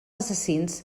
assassins